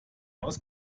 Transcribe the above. aus